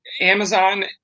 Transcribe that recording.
Amazon